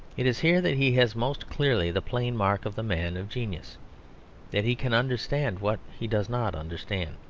it is here that he has most clearly the plain mark of the man of genius that he can understand what he does not understand.